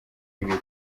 ibiri